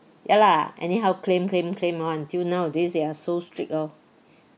ya lah anyhow claim claim claim one until nowadays they are so strict oh